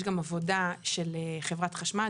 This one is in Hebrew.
יש גם עבודה של חברת חשמל,